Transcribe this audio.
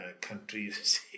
countries